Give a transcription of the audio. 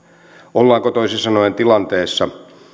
ollaanko toisin sanoen tilanteessa